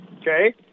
Okay